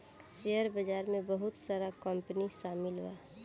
share बाजार में बहुत सारा कंपनी शामिल बा